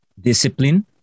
discipline